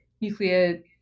nuclear